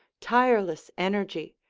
tireless energy,